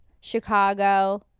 chicago